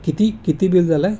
किती किती बिल झालं आहे